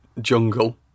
Jungle